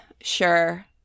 sure